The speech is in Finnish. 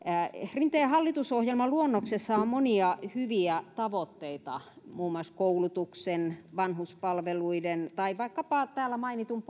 rinteen hallitusohjelmaluonnoksessa on on monia hyviä tavoitteita muun muassa koulutuksen vanhuspalveluiden tai vaikkapa täällä mainitun